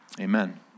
Amen